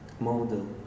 Model